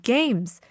Games